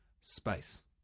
space